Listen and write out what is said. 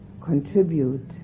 contribute